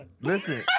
Listen